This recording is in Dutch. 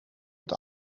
het